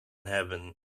hebben